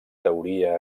teoria